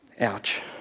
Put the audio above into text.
Ouch